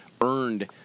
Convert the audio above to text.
earned